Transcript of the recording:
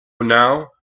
now